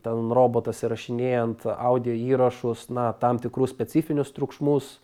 ten robotas įrašinėjant audioįrašus na tam tikrų specifinius triukšmus